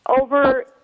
over